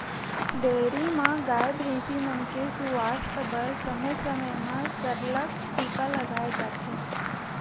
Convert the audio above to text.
dairy म गाय, भइसी मन के सुवास्थ बर समे समे म सरलग टीका लगवाए जाथे